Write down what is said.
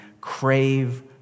crave